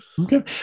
okay